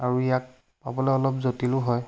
আৰু ইয়াক পাবলৈ অলপ জটিলো হয়